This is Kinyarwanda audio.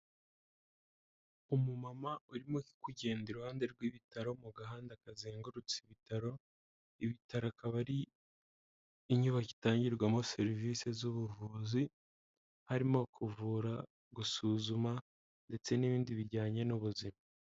Umumama urimo kugenda iruhande rw'ibitaro mu gahanda kazengurutse ibitaro, ibitaro akaba ari inyubako itangirwamo serivisi z'ubuvuzi harimo kuvura, gusuzuma ndetse n'ibindi bijyanye n'ubuzima.